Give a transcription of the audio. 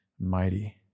mighty